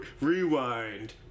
rewind